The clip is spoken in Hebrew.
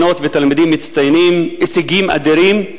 מצטיינות ותלמידים מצטיינים, הישגים אדירים.